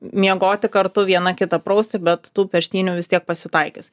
miegoti kartu viena kitą prausti bet tų peštynių vis tiek pasitaikys